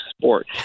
sport